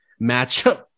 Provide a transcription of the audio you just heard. matchup